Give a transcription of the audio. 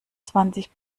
zwanzig